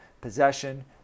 possession